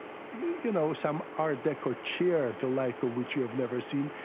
you know, some art deco chair the like of which you've never seen,